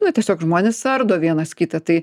na tiesiog žmonės ardo vienas kitą tai